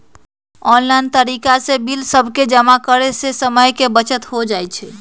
online तरिका से bill सभके जमा करे से समय के बचत हो जाइ छइ